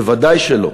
ודאי שלא.